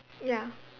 ya